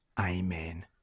Amen